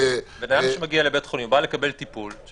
אדם שמגיע לבית חולים ובא לקבל טיפול-